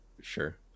sure